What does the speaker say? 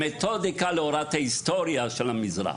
ולהוראת ההיסטוריה של המזרח.